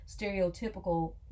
stereotypical